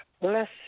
less